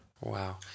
Wow